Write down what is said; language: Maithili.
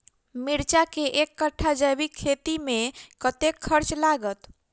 मिर्चा केँ एक कट्ठा जैविक खेती मे कतेक खर्च लागत?